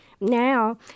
Now